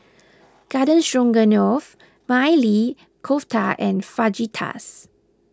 Garden Stroganoff Maili Kofta and Fajitas